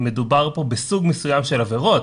מדובר פה בסוג מסוים של עבירות,